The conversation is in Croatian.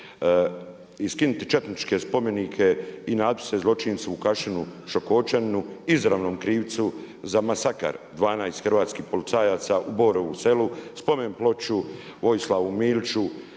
i skinit četničke spomenike i natpise zločincu Vukašinu Šoškoćaninu izravnom krivcu za masakr 12 hrvatskih policajaca u Borovu Selu. Spomen ploču Vojislavu Miliću,